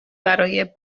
برای